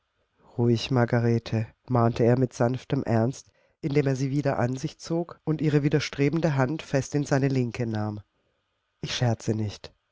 ruhig margarete mahnte er mit sanftem ernst indem er sie wieder an sich zog und ihre widerstrebende hand fest in seine linke nahm ich scherze nicht